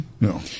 No